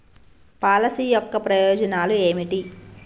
Policy యొక్క ప్రయోజనాలు ఏమిటి?